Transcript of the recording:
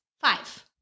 Five